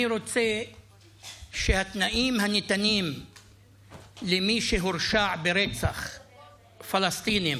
אני רוצה שהתנאים הניתנים למי שהורשע ברצח פלסטינים,